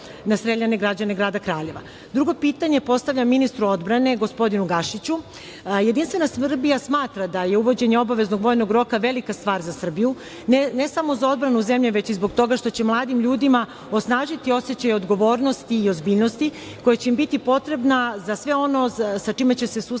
na streljane građane grada Kraljeva. Drugo pitanje postavljam ministru odbrane, gospodinu Gašiću, a JS smatra da je uvođenje obaveznog vojnog roka velika stvar za Srbiju, ne samo za odbranu zemlje, već i zbog toga što će mladim ljudima osnažiti osećaj odgovornosti i ozbiljnosti, koji će im biti potrebno za sve ono sa čime će se susretati